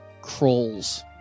crawls